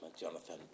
Jonathan